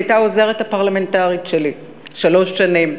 היא הייתה העוזרת הפרלמנטרית שלי שלוש שנים,